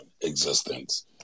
existence